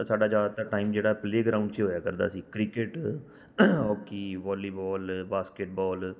ਤਾਂ ਸਾਡਾ ਜ਼ਿਆਦਾਤਰ ਟਾਇਮ ਜਿਹੜਾ ਪਲੇ ਗਰਾਊਂਡ 'ਚ ਹੀ ਹੋਇਆ ਕਰਦਾ ਸੀ ਕ੍ਰਿਕਟ ਹੋਕੀ ਵੋਲੀਬੋਲ ਬਾਸਕਿਟਬੋਲ